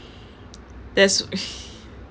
that's